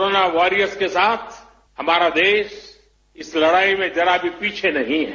corona warriors के साथ हमारा देश इस लड़ाई में जरा भी पीछे नहीं है